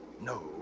no